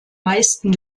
meisten